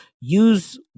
Use